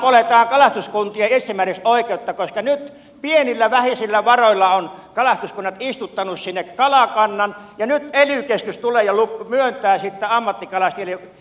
tässähän poljetaan kalastuskuntien itsemääräämisoikeutta koska nyt pienillä vähäisillä varoilla ovat kalastuskunnat istuttaneet sinne kalakannan ja nyt ely keskus tulee ja myöntää sitten ammattikalastajille nuottaoikeudet näihin järviin